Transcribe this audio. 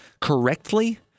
correctly